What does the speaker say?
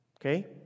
okay